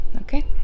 okay